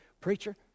Preacher